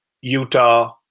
Utah